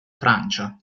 francia